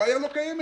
הבעיה לא קיימת